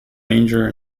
ranger